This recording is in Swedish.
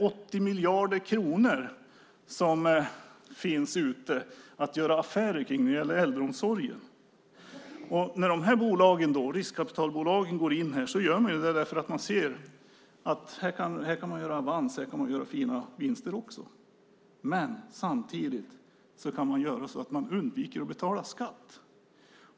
80 miljarder kronor finns det ute för att göra affärer med när det gäller äldreomsorgen. När de här bolagen, riskkapitalbolagen, går in gör man det därför att man ser att här kan man göra avans, fina vinster. Samtidigt kan man undvika att betala skatt.